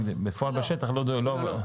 אבל בפועל לא --- לא.